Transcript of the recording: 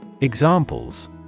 Examples